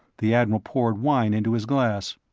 the admiral poured wine into his glass.